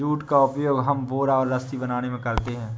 jute का उपयोग हम बोरा और रस्सी बनाने में करते हैं